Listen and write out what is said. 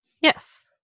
Yes